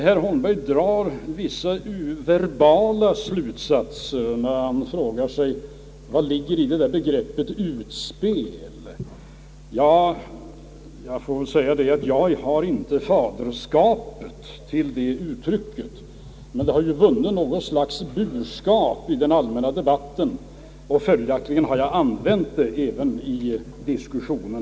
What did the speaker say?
Herr Holmberg drar vissa verbala slutsatser, när han frågar sig vad som ligger i begreppet utspel. Ja, jag får väl säga att jag inte har faderskapet till det uttrycket, men det har ju vunnit något slags burskap i den allmänna debatten, och därför har jag använt det även i dagens diskussion.